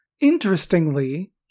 Interestingly